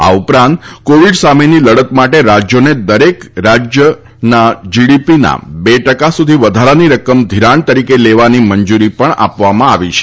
આ ઉપરાંત કોવિડ સામેની લડત માટે રાજ્યોને દરેકના રાજ્ય જીડીપીના બે ટકા સુધી વધારાની રકમ ઘિરાણ તરીકે લેવાની મંજુરી પણ આપવામાં આવી છે